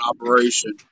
operation